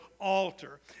altar